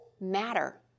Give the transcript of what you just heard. matter